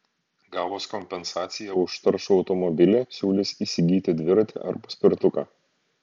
gavus kompensaciją už taršų automobilį siūlys įsigyti dviratį ar paspirtuką